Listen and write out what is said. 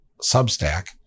substack